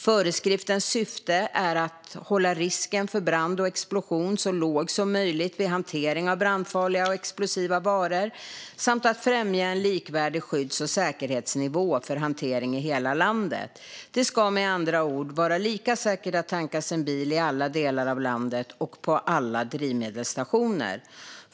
Föreskriftens syfte är att hålla risken för brand och explosion så låg som möjligt vid hantering av brandfarliga och explosiva varor samt att främja en likvärdig skydds och säkerhetsnivå för hanteringen i hela landet. Det ska med andra ord vara lika säkert att tanka sin bil i alla delar av landet och på alla drivmedelsstationer.